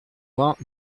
vingt